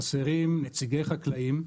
חסרים נציגי חקלאים,